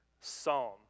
psalm